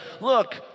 look